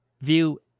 view